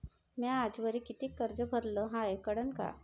म्या आजवरी कितीक कर्ज भरलं हाय कळन का?